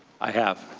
i have.